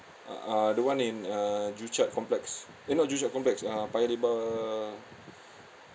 uh uh the one in uh joo chiat complex eh not joo chiat complex uh paya lebar